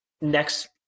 next –